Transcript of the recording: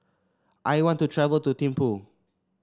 I want to travel to Thimphu